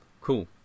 cool